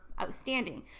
outstanding